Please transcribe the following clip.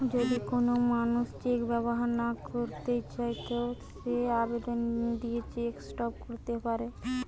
যদি কোন মানুষ চেক ব্যবহার না কইরতে চায় তো সে আবেদন দিয়ে চেক স্টপ ক্যরতে পারে